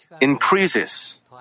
increases